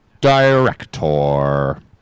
Director